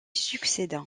succéda